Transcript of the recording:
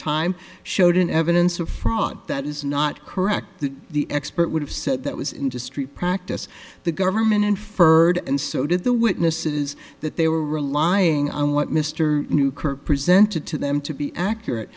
time showed an evidence of fraud that is not correct that the expert would have said that was industry practice the government inferred and so did the witnesses that they were relying on what mr ngukurr presented to them to be accurate